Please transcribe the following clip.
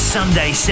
Sunday